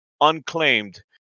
unclaimed